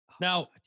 Now